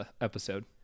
episode